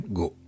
go